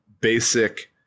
basic